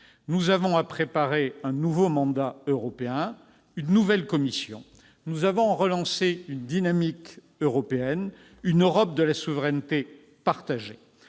Nous avons à préparer un nouveau mandat européen, une nouvelle Commission, nous avons relancé une dynamique européenne, une Europe de la souveraineté partagée.